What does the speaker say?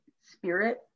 spirit